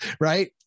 right